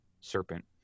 serpent